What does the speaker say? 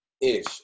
ish